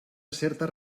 certes